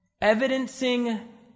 Evidencing